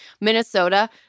Minnesota